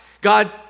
God